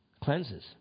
cleanses